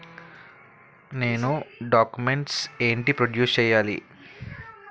నేను డాక్యుమెంట్స్ ఏంటి ప్రొడ్యూస్ చెయ్యాలి?